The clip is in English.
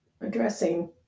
addressing